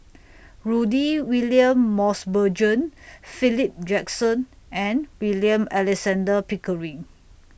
Rudy William Mosbergen Philip Jackson and William Alexander Pickering